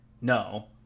no